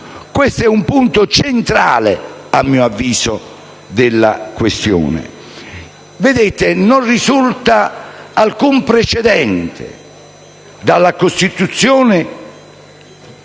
Questo è un punto centrale, a mio avviso, della questione. Non risulta in alcun precedente dalla Costituzione